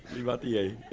out the a.